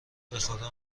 بخدا